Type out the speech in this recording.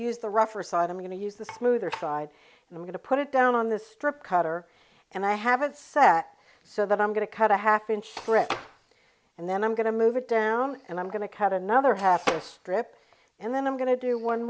use the rougher side i'm going to use the smoother side and i'm going to put it down on the strip cutter and i have a set so that i'm going to cut a half inch for it and then i'm going to move it down and i'm going to cut another half a strip and then i'm going to do one